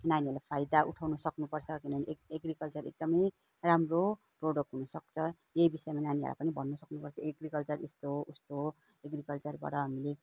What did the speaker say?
नानीहरूले फाइदा उठाउन सक्नुपर्छ किनभने ए एग्रिकल्चर एकदमै राम्रो प्रोडक्ट हुनसक्छ यही विषयमा नानीहरूलाई पनि भन्नु सक्नुपर्छ एग्रिकल्चर यस्तो हो उस्तो हो एग्रिकल्चरबाट हामीले